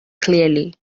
clearly